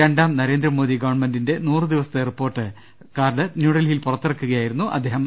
രണ്ടാം നരേന്ദ്രമോദി ഗവൺമെന്റിന്റെ നൂറുദിവസത്തെ റിപ്പോർട്ട് കാർഡ് ന്യൂഡൽഹിയിൽ പുറത്തിറക്കുകയായിരുന്നു അദ്ദേഹം